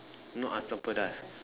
not asam pedas